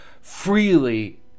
freely